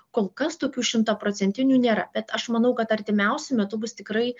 kol kas tokių šimtaprocentinių nėra bet aš manau kad artimiausiu metu bus tikrai